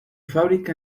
fábrica